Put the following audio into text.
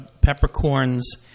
peppercorns